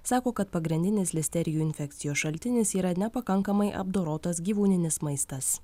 sako kad pagrindinis listerijų infekcijos šaltinis yra nepakankamai apdorotas gyvūninis maistas